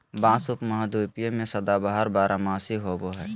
बाँस उपमहाद्वीप में सदाबहार बारहमासी होबो हइ